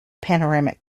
panoramic